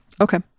Okay